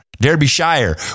Derbyshire